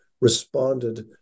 responded